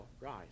rise